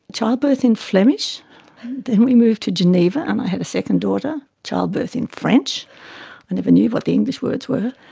childbirth in flemish, and then we moved to geneva and i had a second daughter, childbirth in french. i never knew what the english words were.